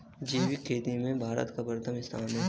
जैविक खेती में भारत का प्रथम स्थान है